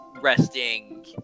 resting